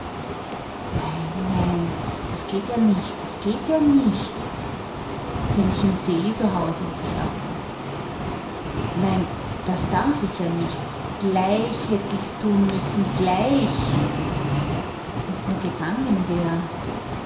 nein nein das geht ja nicht das geht ja nicht wenn ich ihn seh so hau ich ihn zusammen nein das darf ich ja nicht gleich hätt ich's tun müssen gleich wenn's nur gegangen wär